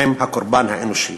עם הקורבן האנושי.